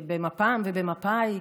במפ"ם ובמפא"י,